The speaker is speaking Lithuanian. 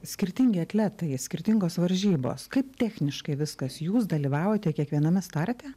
skirtingi atletai skirtingos varžybos kaip techniškai viskas jūs dalyvaujate kiekviename starte